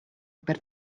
per